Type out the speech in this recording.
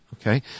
Okay